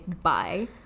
bye